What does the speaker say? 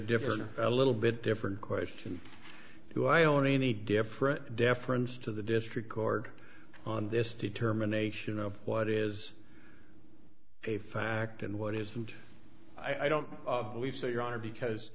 different a little bit different question do i own any different deference to the district court on this determination of what is a fact and what isn't i don't believe so your honor because